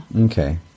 okay